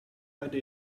idea